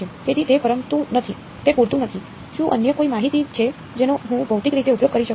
તેથી તે પૂરતું નથી શું અન્ય કોઈ માહિતી છે જેનો હું ભૌતિક રીતે ઉપયોગ કરી શકું